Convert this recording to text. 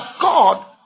God